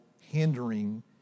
hindering